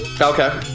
Okay